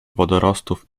wodorostów